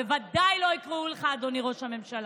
בוודאי לא יקראו לך "אדוני ראש הממשלה".